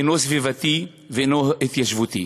אינו סביבתי ואינו התיישבותי.